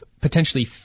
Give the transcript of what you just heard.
potentially